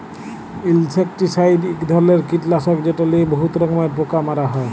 insecticide ইক ধরলের কিটলাসক যেট লিয়ে বহুত রকমের পোকা মারা হ্যয়